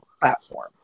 platform